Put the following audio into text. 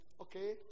okay